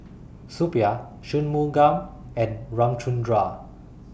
Suppiah Shunmugam and Ramchundra